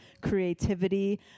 creativity